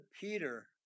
Peter